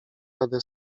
radę